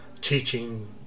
teaching